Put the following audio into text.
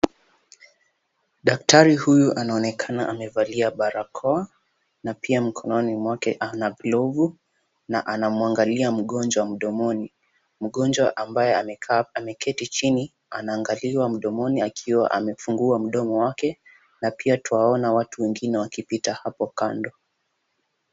Daktari huyu anaonekana amevalia barakoa na pia mkononi mwake ana glovu na anamwangalia mgonjwa mdomoni, mgonjwa ambaye ameketi chini, anaangaliwa mdomoni akiwa amefungua mdomo wake, na pia twaona watu wengine wakipita hapo kando.